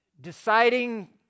deciding